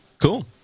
Cool